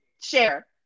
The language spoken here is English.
Share